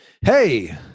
Hey